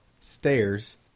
stairs